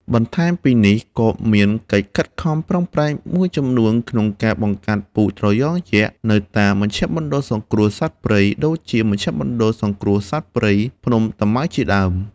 បន្ថែមពីនេះ ក៏មានកិច្ចខិតខំប្រឹងប្រែងមួយចំនួនក្នុងការបង្កាត់ពូជត្រយងយក្សនៅតាម មជ្ឈមណ្ឌលសង្គ្រោះសត្វព្រៃ ដូចជាមជ្ឈមណ្ឌលសង្គ្រោះសត្វព្រៃភ្នំតាម៉ៅជាដើម។